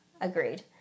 agreed